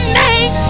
name